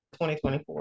2024